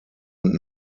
und